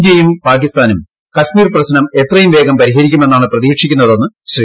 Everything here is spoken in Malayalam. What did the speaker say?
ഇന്ത്യയും പാകിസ്ഥാനും കശ്മീർ പ്രശ്നം എത്രയും വേഗം പരിഹരിക്കുമെന്നാണ് പ്രതീക്ഷിക്കുന്നതെന്ന് ശ്രീ